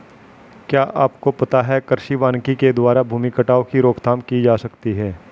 क्या आपको पता है कृषि वानिकी के द्वारा भूमि कटाव की रोकथाम की जा सकती है?